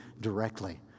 directly